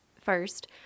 first